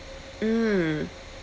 mm